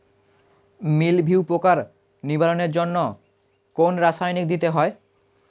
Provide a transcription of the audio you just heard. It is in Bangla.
মিলভিউ পোকার নিবারণের জন্য কোন রাসায়নিক দিতে হয়?